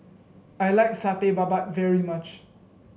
I like Satay Babat very much